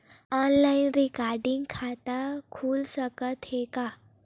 Online recurring खाता खुल सकथे का?